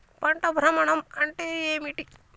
పంట భ్రమణం అంటే ఏంటి?